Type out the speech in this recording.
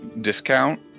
discount